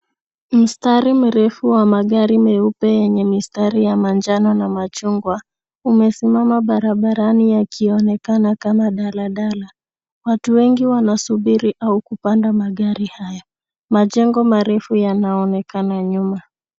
Mstari mirefu wa magari meupe yenye mistari ya manjano na machungwa, umesimama barabarani yanaonekana kama daladala. Watu wengi wanasubiri kupanda magari hayo. Majengo marefu yanaonekana nyuma.